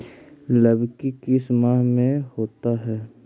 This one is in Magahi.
लव की किस माह में होता है?